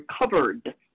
recovered